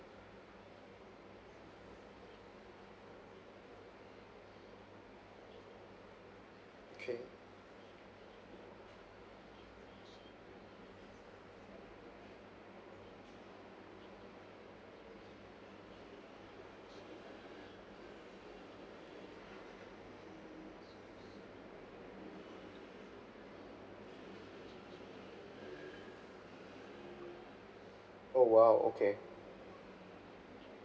K oh !wow! okay